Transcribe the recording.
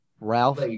Ralph